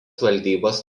valdybos